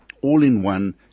all-in-one